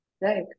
right